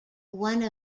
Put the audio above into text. one